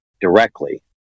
directly